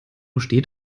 steht